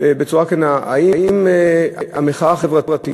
בצורה כנה: האם המחאה החברתית